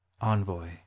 envoy